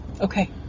Okay